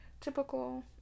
typical